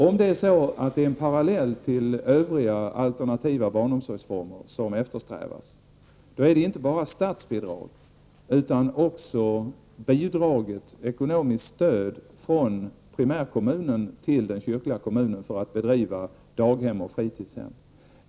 Om det är en parallell till övriga alternativa barnomsorgsformer som eftersträvas, behövs inte bara statsbidraget utan också ekonomiskt stöd från primärkommunen till den kyrkliga kommunen för att bedriva daghem och fritidshem.